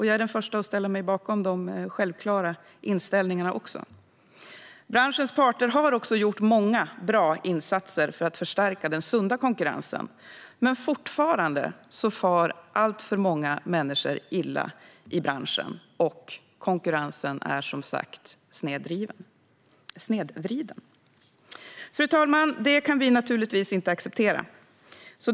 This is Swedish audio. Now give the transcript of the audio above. Jag är den första att ställa mig bakom de självklara inställningarna. Branschens parter har gjort många bra insatser för att förstärka den sunda konkurrensen. Men fortfarande far alltför många människor illa i branschen, och konkurrensen är som sagt snedvriden. Fru talman! Det kan vi naturligtvis inte acceptera.